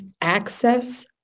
access